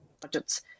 budgets